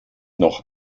noch